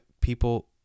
people